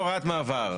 הוראת מעבר.